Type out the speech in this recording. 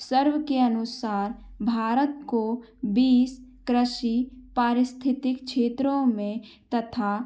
सर्व के अनुसार भारत को बीस कृषि पारिस्थितिक क्षेत्रों में तथा